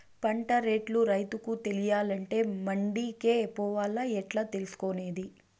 పంట రేట్లు రైతుకు తెలియాలంటే మండి కే పోవాలా? ఎట్లా తెలుసుకొనేది?